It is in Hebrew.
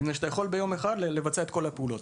מפני שביום אחד זה מאפשר לבצע את כל הפעולות.